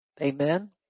Amen